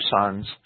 sons